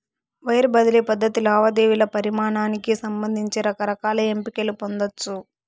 wire బదిలీ పద్ధతి లావాదేవీల పరిమానానికి సంబంధించి రకరకాల ఎంపికలు పొందచ్చు